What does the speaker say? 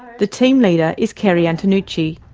the team leader is kerry antonucci.